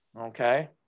okay